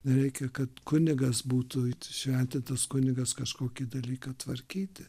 reikia kad kunigas būtų įtšventintas kunigas kažkokį dalyką tvarkyti